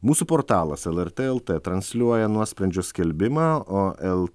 mūsų portalas elartė eltė transliuoja nuosprendžio skelbimą o l